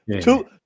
two